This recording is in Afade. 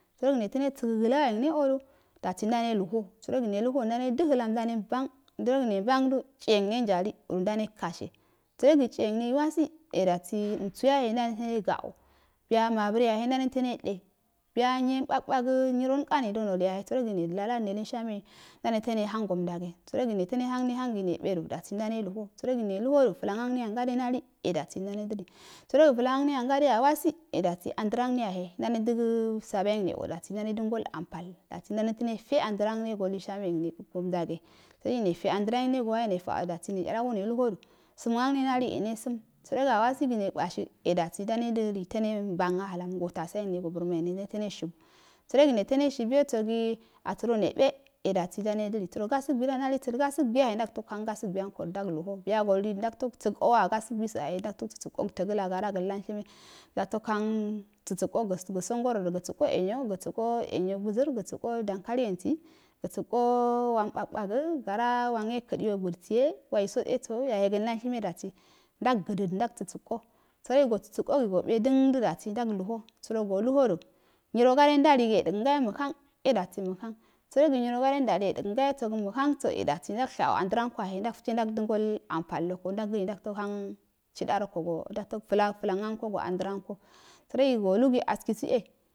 Sərogi neto ne səgə gəmawo angneodu dasi ndane eluwo angneodu dasi ndane eluho sa̱rogi neludu udane də həlam ndune mban sərogi ne mbandu tchyengne ngali e ndane kashe sərogi tchinye ngnei wasi e dayi mtswayehe udene ga o biya mabrenyahe ndane də biya nyiyen bakbak nyiral nkanido noleyaho sərogi ndelisha me nedə laladu ndare to nehango dage sərogi neto nehang nehang ne bedu dasi ndaneluho sərogi neluhodu flamg angane nali e dasi ndane dili sərogi flangangne gade awasi e dasi nda ne ndagalampal dasi ndane to nefa and rangne go lenshamengneyo gomdage sərogi nefe dasi netchale go neluhodu sumən angne nali e nesulm sərogi sumənganne a wasi ne kashi e dasi ndane dili neto ne uban həlan so tabayengne so burmaye ngne neto neshubu sərogi nelo neshibuyosigi asərone bee dasi e ndane dili səro gabuguui da nali gabugui yahe ndagto hang gabugunko ndalgho biyu go li ndag to bego wa gasigum soyahe ngagtogəo təgəla garo gən ulanshime ndagto shang səso o gosongoro go səo enyo soso enyo gusər gosan dankaliensi saso wan bakbak biya wange yahe gan ulanshine dabi dag daga ndag sa sago sarogi go sasago gi bedan do dasi ndaglu ho sərogi golunhoda gayogi muhang e dasi muham sərogi nyirogade ndalig yadagan gayiso muhamgso e dasi ndgshaa an dranko wahe dag flehe ndəngol ampalo ko ndag cili ndag to hang ndagto flaan auko go andran anko sərogi solugi askiisu e,